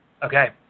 Okay